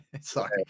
sorry